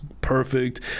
perfect